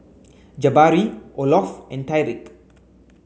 Jabari Olof and Tyrik